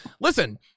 listen